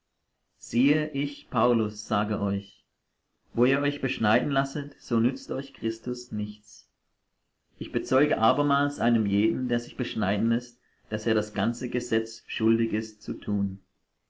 siehe ich paulus sage euch wo ihr euch beschneiden lasset so nützt euch christus nichts ich bezeuge abermals einem jeden der sich beschneiden läßt daß er das ganze gesetz schuldig ist zu tun